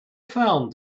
found